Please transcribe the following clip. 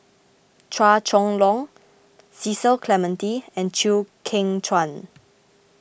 Chua Chong Long Cecil Clementi and Chew Kheng Chuan